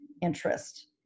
interest